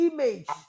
Image